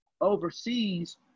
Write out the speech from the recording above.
overseas